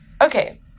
Okay